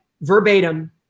verbatim